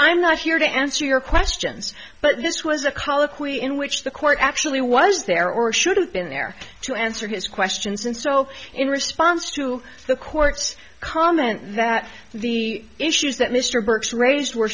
i'm not here to answer your questions but this was a colloquy in which the court actually was there or should have been there to answer his questions and so in response to the court's comment that the issues that mr burke's raised were